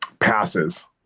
passes